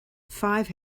five